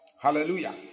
Hallelujah